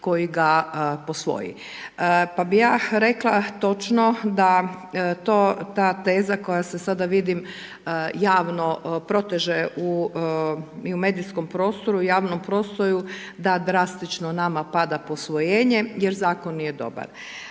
koji ga posvoji, pa bi ja rekla točno da ta teza koja se sada vidim, javno proteže i u medijskom prostoru, javnom prostoru, da drastično nama pada posvojenje jer Zakon nije dobar